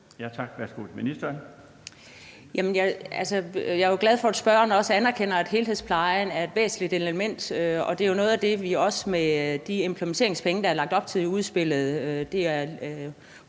Jeg er jo glad for, at spørgeren også anerkender, at helhedsplejen er et væsentligt element. Det er jo noget af det, vi også med de implementeringspenge, der er lagt op til i udspillet,